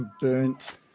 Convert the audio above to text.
burnt